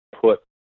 put